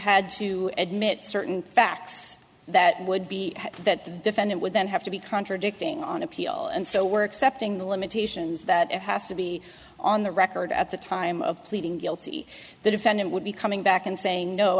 had to admit certain facts that would be that the defendant would then have to be contradicting on appeal and so were except in the limitations that it has to be on the record at the time of pleading guilty the defendant would be coming back and saying no